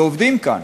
ועובדים כאן.